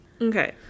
Okay